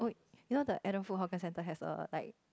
you know the Adam food hawker centre has a like